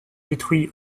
détruit